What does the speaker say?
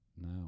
No